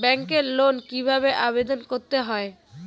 ব্যাংকে লোন কিভাবে আবেদন করতে হয়?